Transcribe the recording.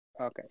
Okay